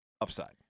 upside